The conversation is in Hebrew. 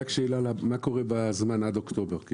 מה קורה בזמן הזה עד אוקטובר?